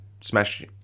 smash